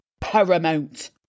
paramount